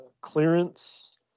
clearance